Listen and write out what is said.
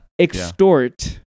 extort